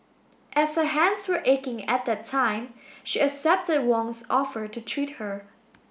as her hands were aching at that time she accepted Wong's offer to treat her